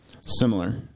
Similar